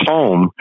Home